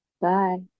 Bye